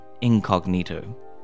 incognito